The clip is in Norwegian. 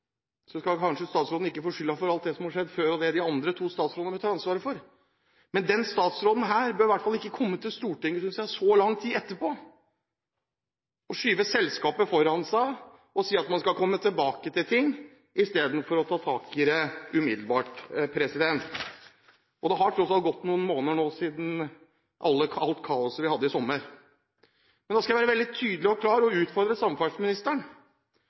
ikke få skylden for alt det som har skjedd før og det de to andre statsrådene må ta ansvaret for. Men denne statsråden bør i hvert fall ikke komme til Stortinget så lang tid etterpå og skyve selskapet foran seg og si at man skal komme tilbake til det – i stedet for å ta tak i det umiddelbart. Det har tross alt gått noen måneder siden alt kaoset vi hadde i sommer. Men nå skal jeg være veldig tydelig og klar og utfordre samferdselsministeren